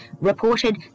reported